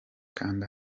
kanda